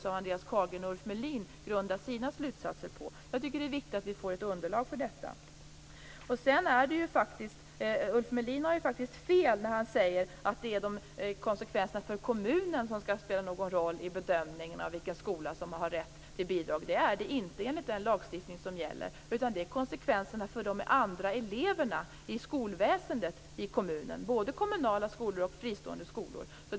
Jag undrar vilken kvalitet det håller. Jag tycker att det är viktigt att vi får ett underlag för detta. Ulf Melin har faktiskt fel när han säger att konsekvenserna för kommunen skall spela en roll i bedömningen av vilken skola som har rätt till bidrag. Så är det inte enligt den lagstiftning som gäller. Det är konsekvenserna för de andra eleverna i skolväsendet i kommunen - i både kommunala och fristående skolor - som skall spela roll.